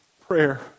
prayer